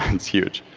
it's huge.